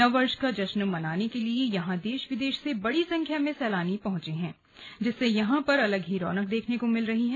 नव वर्ष का जश्न मनाने के लिए यहां देश विदेश से बड़ी संख्या में सैलानी पहुंचे हैं जिससे यहां पर अलग ही रौनक देखने को मिल रही है